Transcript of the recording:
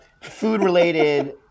food-related